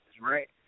right